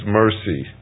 mercy